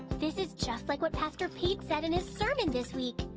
this is just like what pastor pete said in his sermon this week.